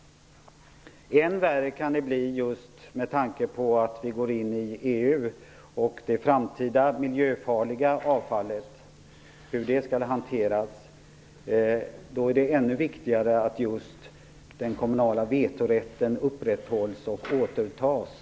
Ännu värre kan det bli med tanke på att vi går in i EU. Hur skall det framtida miljöfarliga avfallet hanteras? Då är det ännu viktigare att den kommunala vetorätten återtas och upprätthålls.